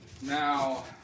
now